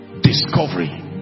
Discovery